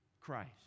Christ